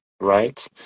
right